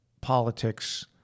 politics